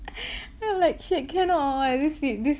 then I'm like shit cannot [what] this fit these